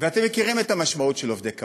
אתם מכירים את המשמעות של עובדי קבלן.